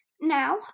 Now